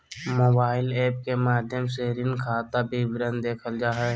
mobile app के माध्यम से ऋण खाता विवरण देखल जा हय